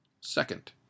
Second